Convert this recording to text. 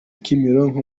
kimironko